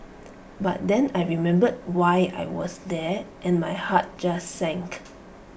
but then I remembered why I was there and my heart just sank